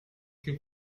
que